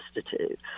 substitute